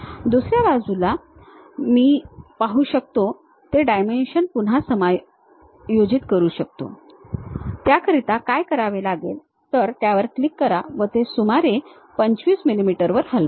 दुस या बाजूला मी ते डायमेन्शन पुन्हा समायोजित करू इच्छितो त्याकरिता काय करावे लागेल तर त्यावर क्लिक करा व ते सुमारे 25 मिलीमीटरवर हलवा